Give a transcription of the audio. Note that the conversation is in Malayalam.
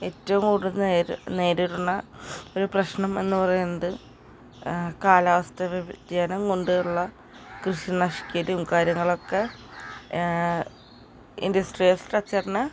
ഏറ്റവും കൂടുതൽ നേരിടുന്ന ഒരു പ്രശ്നം എന്ന് പറയുന്നത് കാലാവസ്ഥ വ്യതിയാനം കൊണ്ടുള്ള കൃഷി നശിക്കലും കാര്യങ്ങളുമൊക്കെ ഇൻഡസ്ട്രിയൽ സ്ട്രക്ച്ചറിനെ